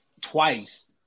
twice